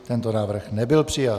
Tento návrh nebyl přijat.